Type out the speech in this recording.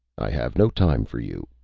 i have no time for you,